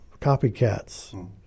copycats